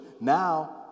Now